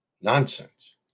Nonsense